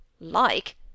Like